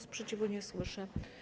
Sprzeciwu nie słyszę.